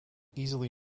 easily